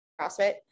CrossFit